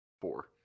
Four